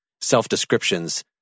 self-descriptions